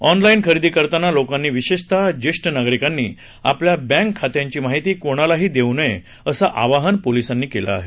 ऑनला नि खरेदी करताना लोकांनी विशेषत ज्येष्ठ नागरिकांनी आपल्या बँक खात्यांची माहिती कोणालाही देऊ नये असं आवाहन पोलिसांनी केलं आहे